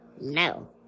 no